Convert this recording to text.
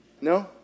No